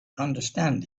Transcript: understand